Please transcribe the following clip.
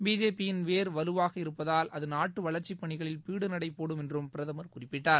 BJP யின் வேர் வலுவாக இருப்பதால் அது நாட்டு வளர்ச்சிப் பணிகளில் பீடுநடைபோடும் என்றும் பிரதமர் குறிப்பிட்டார்